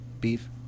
Beef